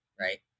right